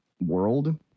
world